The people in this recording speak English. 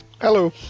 Hello